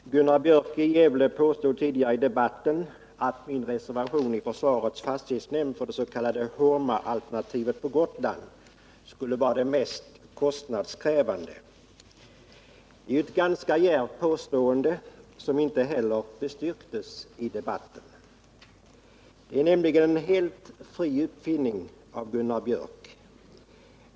Herr talman! Gunnar Björk i Gävle påstod tidigare i debatten att min reservation i försvarets fastighetsnämnd för det s.k. Homaalternativet på Gotland skulle vara det mest kostnadskrävande. Det är ett ganska djärvt påstående som inte heller bestyrktes i debatten. Det är nämligen en helt fri uppfinning av Gunnar Björk.